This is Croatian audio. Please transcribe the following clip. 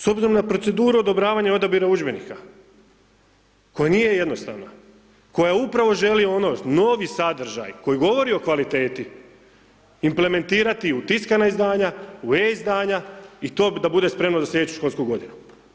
S obzirom na proceduru odobravanja i odabira udžbenika koja nije jednostavna, koja upravo želi ono, novi sadržaj koji govori o kvaliteti implementirati u tiskana izdanja, u e-izdanja i to da bude spremno za sljedeću školsku godinu.